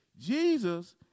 Jesus